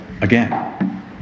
again